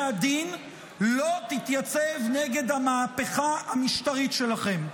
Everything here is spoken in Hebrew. הדין לא תתייצב נגד המהפכה המשטרית שלכם.